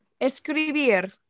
Escribir